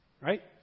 Right